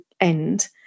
end